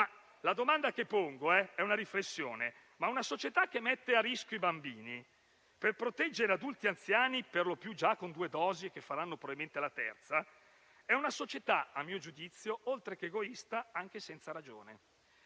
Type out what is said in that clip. persone, ma la mia riflessione è che una società che mette a rischio i bambini per proteggere adulti e anziani perlopiù già con due dosi, che faranno probabilmente la terza, a mio giudizio è, oltre che egoista, anche senza ragione.